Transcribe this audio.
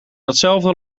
datzelfde